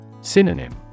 Synonym